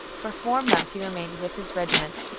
for four months he remained with his regiment,